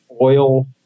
oil